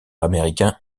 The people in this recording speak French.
américain